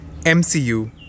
MCU